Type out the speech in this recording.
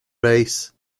race